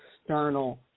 external